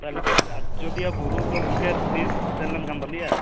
ᱛᱟᱦᱚᱞᱮ ᱟᱡᱚᱫᱤᱭᱟᱹ ᱵᱩᱨᱩ ᱫᱚ ᱜᱚᱝᱠᱮ ᱛᱤᱥ ᱥᱮᱱ ᱞᱮᱱᱠᱷᱟᱱ ᱵᱷᱟᱞᱮᱜᱼᱟ